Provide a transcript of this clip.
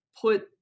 put